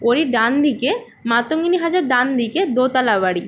ওরই ডান দিকে মাতঙ্গিনী হাজরার ডান দিকে দোতলা বাড়ি